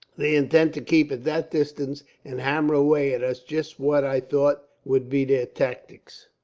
they intend to keep at that distance, and hammer away at us. just what i thought would be their tactics.